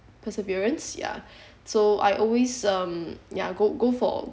perseverance ya so I always um ya go go for